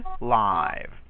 live